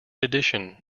addition